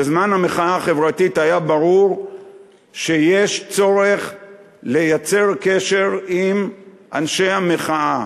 בזמן המחאה החברתית היה ברור שיש צורך לייצר קשר עם אנשי המחאה.